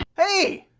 hey!